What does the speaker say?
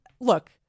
look